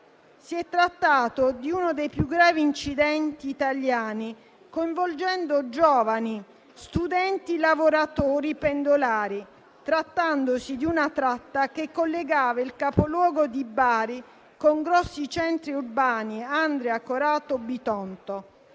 Si è trattato di uno dei più gravi incidenti italiani, coinvolgendo giovani, studenti, lavoratori e pendolari, trattandosi di una tratta che collegava il capoluogo di Bari con grossi centri urbani (Andria, Corato e Bitonto).